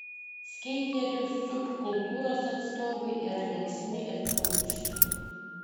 skeiterių subkultūros atstovai yra linksmi ir draugiški